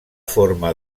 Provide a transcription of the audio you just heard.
forma